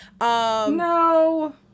No